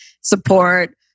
support